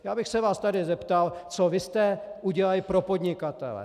Já bych se vás tady zeptal, co vy jste udělali pro podnikatele?